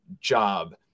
job